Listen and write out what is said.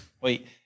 Wait